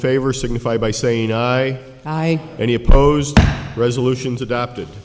favor signify by saying i opposed resolutions adopted